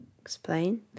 explain